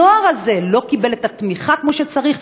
הנוער הזה לא קיבל את התמיכה כמו שצריך,